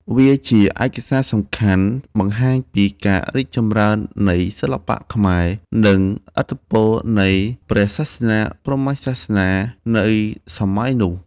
វាជាឯកសារសំខាន់បង្ហាញពីការរីកចម្រើននៃសិល្បៈខ្មែរ និងឥទ្ធិពលនៃព្រះសាសនាព្រហ្មញ្ញសាសនានៅសម័យនោះ។